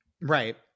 right